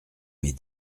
mes